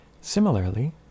Similarly